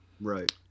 right